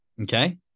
Okay